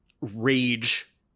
rage